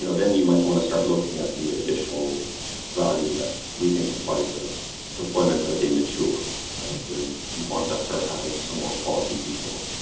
you know then you might want to start looking at the additional value that we think applies to deployments as they mature where you you want to start having some more policy control.